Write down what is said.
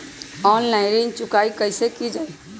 Online ऋण चुकाई कईसे की ञाई?